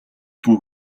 бүү